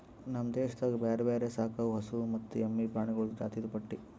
ನಮ್ ದೇಶದಾಗ್ ಬ್ಯಾರೆ ಬ್ಯಾರೆ ಸಾಕವು ಹಸು ಮತ್ತ ಎಮ್ಮಿ ಪ್ರಾಣಿಗೊಳ್ದು ಜಾತಿದು ಪಟ್ಟಿ